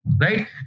Right